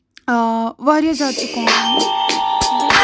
آ واریاہ زیادٕ اِکانمی